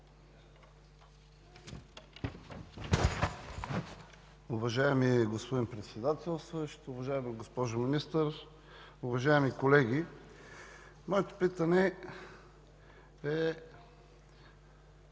Моето питане е